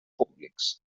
públics